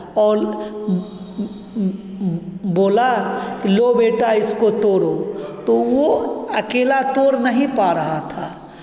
और बोला कि लो बेटा इसको तोड़ो तो वो अकेला तोड़ नहीं पा रहा था